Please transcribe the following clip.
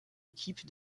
équipe